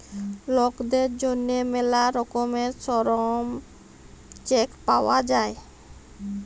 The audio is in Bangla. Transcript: লকদের জ্যনহে ম্যালা রকমের শরম চেক পাউয়া যায়